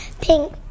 pink